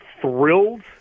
thrilled